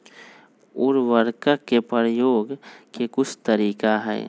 उरवरक के परयोग के कुछ तरीका हई